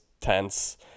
tense